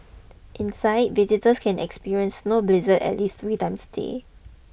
inside visitors can experience snow blizzards at least three times a day